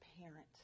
parent